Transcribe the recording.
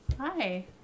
Hi